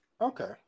Okay